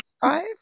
five